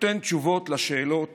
נותן תשובות על שאלות